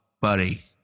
buddy